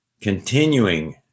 continuing